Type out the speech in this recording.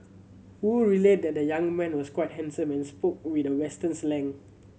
Wu relayed that the young man was quite handsome and spoke with a western slang